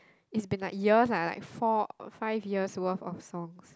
is been like years lah like four five years worth of songs